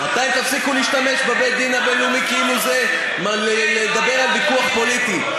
מתי תפסיקו להשתמש בבית-הדין הבין-לאומי כאילו זה לדבר על ויכוח פוליטי?